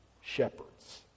shepherds